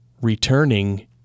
Returning